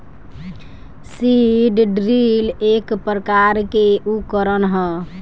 seed drill एक प्रकार के उकरण ह